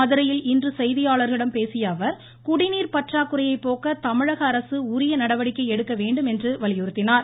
மதுரையில் இன்று செய்தியாளர்களிடம் பேசியஅவர் குடிநீர் பற்றாக்குறையை போக்க தமிழகஅரசு உரிய நடவடிக்கை எடுக்க வேண்டுமென்றும் வலியுறுத்தினார்